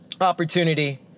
opportunity